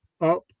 up